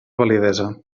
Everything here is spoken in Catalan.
validesa